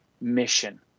mission